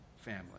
family